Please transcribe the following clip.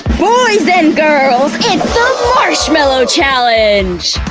boys and girls, it's so the marshmallow challenge!